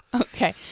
Okay